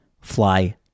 fly